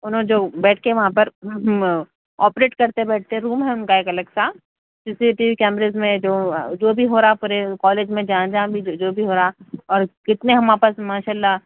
اُنہیں جو بیٹھ کے وہاں پر آپریٹ کرتے بیٹھ کے روم ہے اُن کا ایک الگ سا C C T V cameras میں جو جو بھی ہو رہا پورے کالج میں جہاں جہاں بھی جو بھی ہو رہا اور کتنے ہم آپس میں ماشاء اللہ